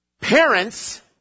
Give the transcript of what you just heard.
Parents